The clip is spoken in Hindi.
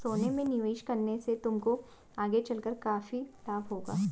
सोने में निवेश करने से तुमको आगे चलकर काफी लाभ होगा